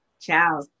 Ciao